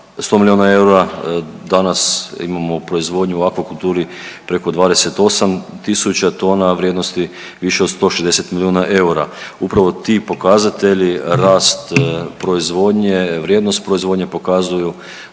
100 milijuna eura, danas imamo proizvodnju u akvakulturi preko 28 tisuća tona vrijednosti više od 160 milijuna eura. Upravo ti pokazatelji, rast proizvodnje, vrijednost proizvodnje pokazuju